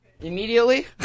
Immediately